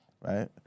right